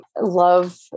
love